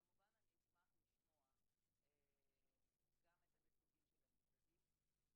כמובן אני אשמח לשמוע גם את הנציגים של המשרדים,